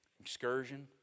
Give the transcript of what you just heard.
excursion